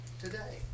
today